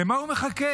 למה הוא מחכה?